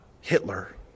Hitler